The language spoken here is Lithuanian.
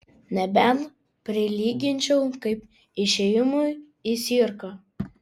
nebent prilyginčiau kaip išėjimui į cirką